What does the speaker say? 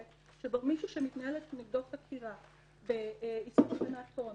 שמישהו שמתנהלת נגדו חקירה באיסור הלבנת הון,